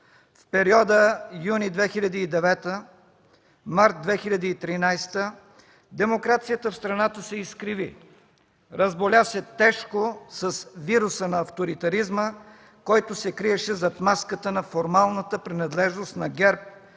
В периода юни 2009 г. – март 2013 г. демокрацията в страната се изкриви, разболя се тежко с вируса на авторитаризма, който се криеше зад маската на формалната принадлежност на ГЕРБ